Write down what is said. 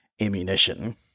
ammunition